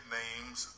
names